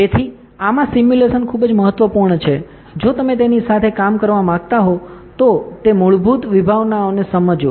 તેથી આમાં સિમ્યુલેશન ખૂબ જ મહત્વપૂર્ણ છે જો તમે તેની સાથે કામ કરવા માંગતા હો તે મૂળભૂત વિભાવનાઓને સમજો